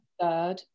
third